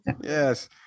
Yes